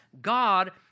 God